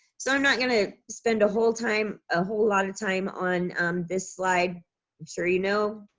so i'm not gonna spend a whole time, a whole lot of time on this slide. i'm sure you know,